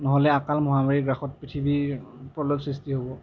নহ'লে আকাল মহামাৰীৰ গ্ৰাসত পৃথিৱীত প্ৰলয়ৰ সৃষ্টি হ'ব